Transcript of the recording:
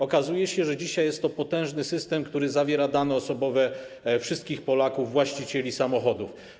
Okazuje się, że dzisiaj jest to potężny system, który zawiera dane osobowe wszystkich Polaków będących właścicielami samochodów.